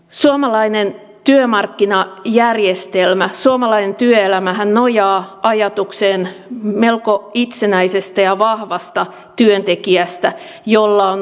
suomalainen työmarkkinajärjestelmä suomalainen työelämähän nojaa ajatukseen melko itsenäisestä ja vahvasta työntekijästä jolla on ammattiyhdistysliike turvanaan